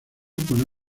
con